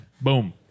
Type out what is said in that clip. Boom